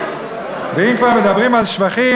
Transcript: ואם כבר מדברים על שבחים,